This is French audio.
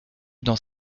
dans